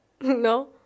no